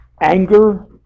anger